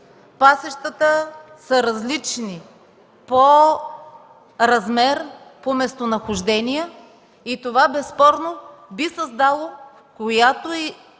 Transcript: Пасищата са различни по размер, по местонахождение и това безспорно би създало, която и